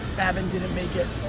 babin didn't make it.